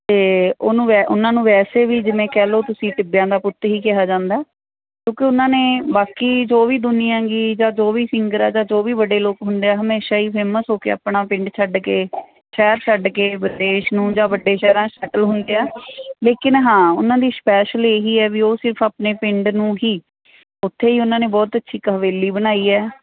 ਅਤੇ ਉਹਨੂੰ ਵੈ ਉਹਨਾਂ ਨੂੰ ਵੈਸੇ ਵੀ ਜਿਵੇਂ ਕਹਿ ਲਓ ਤੁਸੀਂ ਟਿੱਬਿਆਂ ਦਾ ਪੁੱਤ ਹੀ ਕਿਹਾ ਜਾਂਦਾ ਕਿਉਂਕਿ ਉਹਨਾਂ ਨੇ ਬਾਕੀ ਜੋ ਵੀ ਦੁਨੀਆ ਐਂਗੀ ਜਾਂ ਜੋ ਵੀ ਸਿੰਗਰ ਆ ਜਾਂ ਜੋ ਵੀ ਵੱਡੇ ਲੋਕ ਹੁੰਦੇ ਆ ਹਮੇਸ਼ਾ ਹੀ ਫੇਮਸ ਹੋ ਕੇ ਆਪਣਾ ਪਿੰਡ ਛੱਡ ਕੇ ਸ਼ਹਿਰ ਛੱਡ ਕੇ ਵਿਦੇਸ਼ ਨੂੰ ਜਾਂ ਵੱਡੇ ਸ਼ਹਿਰਾਂ 'ਚ ਸੈਟਲ ਹੁੰਦੇ ਆ ਲੇਕਿਨ ਹਾਂ ਉਹਨਾਂ ਦੀ ਸਪੈਸ਼ਲ ਇਹ ਹੀ ਹੈ ਵੀ ਉਹ ਸਿਰਫ਼ ਆਪਣੇ ਪਿੰਡ ਨੂੰ ਹੀ ਉੱਥੇ ਹੀ ਉਹਨਾਂ ਨੇ ਬਹੁਤ ਅੱਛੀ ਇੱਕ ਹਵੇਲੀ ਬਣਾਈ ਹੈ